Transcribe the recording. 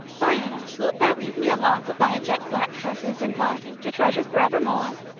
diana, wilt thou give me a lock of thy jet-black tresses in parting to treasure forevermore?